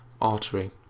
artery